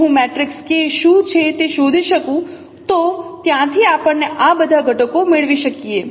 જો હું matrix K શું છે તે શોધી શકું તો ત્યાંથી આપણે આ બધા ઘટકો મેળવી શકીએ